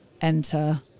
enter